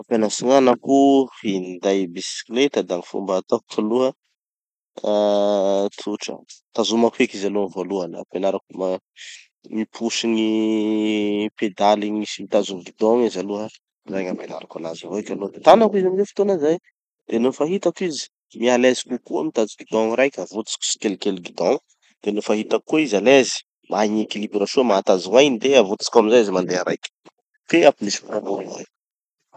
Hampianatsy gn'anako hinday bisikileta da gny fomba hataoko aloha, ah tsotra. Tazomako heky izy aloha amy voalohany, ampenariko ma- miposy gny pedaly igny sy gny mitazo gny guidon igny izy aloha. Zay gn'ampianariko anazy avao heky aloha de tanako izy amizay fotoana zay. De nofa hitako izy miha à l'aise kokoa mitazo guidon raiky, avototsiko tsikelikely guidon, de nofa hitako koa izy à l'aise, mahay gn'équilibre soa mahatazo gn'ainy de avototsiko amizay izy mandeha raiky. De ampindesiko